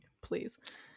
please